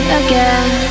again